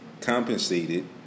compensated